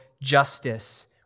justice